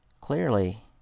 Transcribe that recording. Clearly